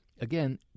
Again